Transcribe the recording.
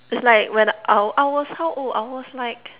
its like when I w~ I was how old I was like